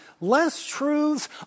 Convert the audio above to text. less-truths